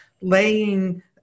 laying